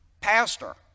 pastor